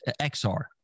XR